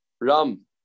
Ram